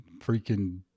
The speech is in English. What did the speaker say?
freaking